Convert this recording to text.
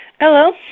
Hello